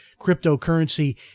cryptocurrency